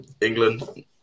England